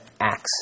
Acts